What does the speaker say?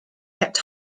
kept